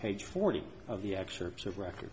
page forty of the excerpts of record